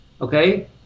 okay